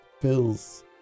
fills